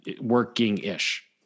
working-ish